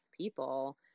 people